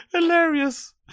Hilarious